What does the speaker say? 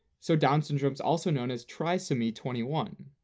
so down syndrome's also known as trisomy twenty one,